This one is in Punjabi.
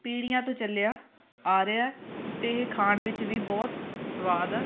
ਪੀੜੀਆਂ ਤੋਂ ਚੱਲਿਆ ਆ ਰਿਹਾ ਅਤੇ ਇਹ ਖਾਣ ਵਿੱਚ ਵੀ ਬਹੁਤ ਸਵਾਦ